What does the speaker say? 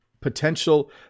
potential